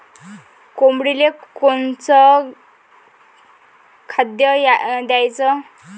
कोंबडीले कोनच खाद्य द्याच?